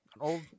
Old